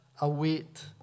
await